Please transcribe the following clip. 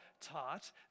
taught